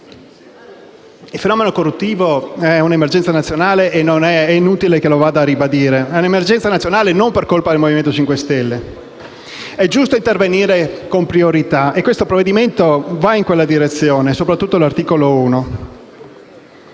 Il fenomeno corruttivo è un'emergenza nazionale ed è inutile che lo ribadisca, ma lo è non per colpa del Movimento 5 Stelle. È giusto intervenire con priorità e il provvedimento in esame va in quella direzione, soprattutto l'articolo 1.